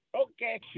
Okay